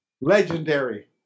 legendary